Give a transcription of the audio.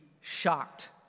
shocked